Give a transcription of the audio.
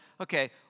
okay